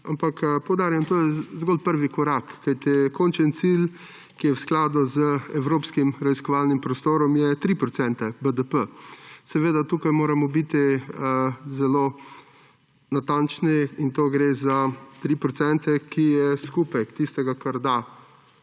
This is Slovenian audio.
ampak poudarjam, da je to zgolj prvi korak, kajti končni cilj, ki je v skladu z evropskim raziskovalnim prostorom, je 3 procente BDP-ja. Seveda tukaj moramo biti zelo natančni in to gre za 3 procente, ki je skupek tistega, kar da